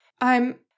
I'm-